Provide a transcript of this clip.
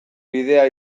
bidea